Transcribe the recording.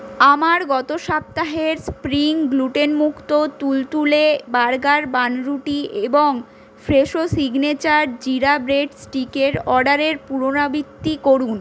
আমার গত সপ্তাহের স্প্রিং গ্লুটেনমুক্ত তুলতুলে বার্গার বানরুটি এবং ফ্রেশো সিগনেচার জিরা ব্রেড স্টিকের অর্ডারের পুনরাবৃত্তি করুন